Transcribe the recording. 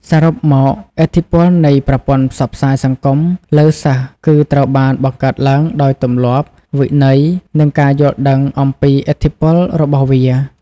សរុបមក ឥទ្ធិពលនៃប្រព័ន្ធផ្សព្វផ្សាយសង្គមលើសិស្សគឺត្រូវបានបង្កើតឡើងដោយទម្លាប់ វិន័យ និងការយល់ដឹងអំពីឥទ្ធិពលរបស់វា។